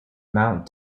mount